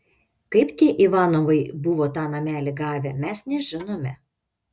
kaip tie ivanovai buvo tą namelį gavę mes nežinome